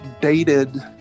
dated